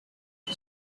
you